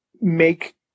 make